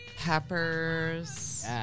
Peppers